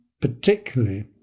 particularly